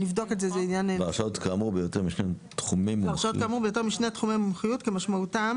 והרשאות כאמור ביותר משני תחומי מומחיות כמשמעותם